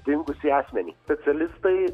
dingusį asmenį specialistai